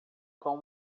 com